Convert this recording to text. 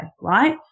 right